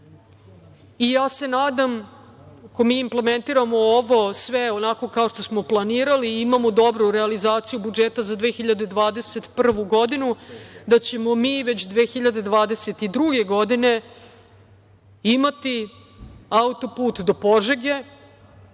se da ako mi implementiramo ovo sve onako kako smo planirali i imamo dobru realizaciju budžeta za 2021. godinu da ćemo mi već 2022. godine imati autoput do Požege,